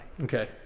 Okay